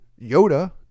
Yoda